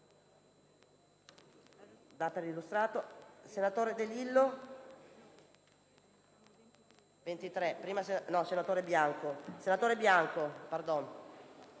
Senatore Franco